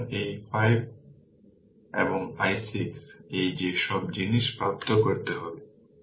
সুতরাং এই i5 এবং i6 যে এই সব জিনিস প্রাপ্ত করতে হবে